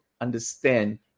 understand